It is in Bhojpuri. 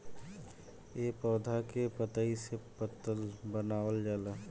ए पौधा के पतइ से पतल बनावल जाला